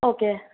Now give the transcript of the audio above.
okay